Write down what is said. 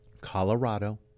Colorado